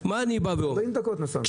אני נסעתי 40 דקות מרמות לפה.